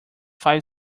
five